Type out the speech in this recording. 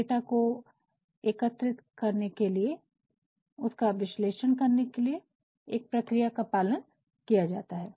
data को एकत्रित करने के लिए और उसका विश्लेषण करने के लिए एक प्रक्रिया का पालन किया जाता है